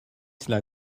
cela